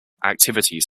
activities